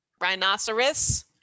rhinoceros